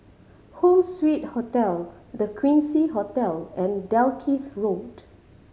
Home Suite Hotel The Quincy Hotel and Dalkeith Road